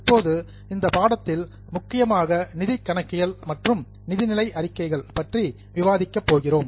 இப்போது இந்த பாடத்தில் முக்கியமாக நிதி கணக்கியல் மற்றும் நிதிநிலை அறிக்கைகள் பற்றி விவாதிக்க போகிறோம்